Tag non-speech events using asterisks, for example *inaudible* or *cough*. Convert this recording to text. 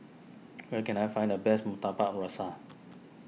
*noise* where can I find the best Murtabak Rusa